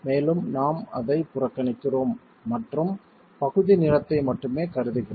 மேலும் நாம் அதை புறக்கணிக்கிறோம் மற்றும் பகுதி நீளத்தை மட்டுமே கருதுகிறோம்